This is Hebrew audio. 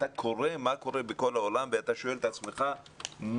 אתה קורא מה קורה בכל העולם ואתה שואל את עצמך מה